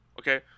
Okay